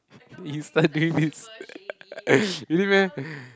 you start doing this really meh